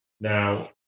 Now